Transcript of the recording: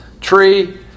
tree